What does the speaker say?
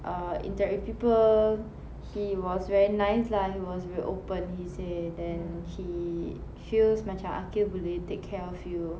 err interact with people he was very nice lah he was very open he say then he feels macam aqil boleh take care of you